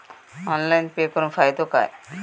Online pay करुन फायदो काय?